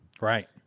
Right